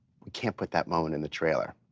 can't put that moment in the trailer.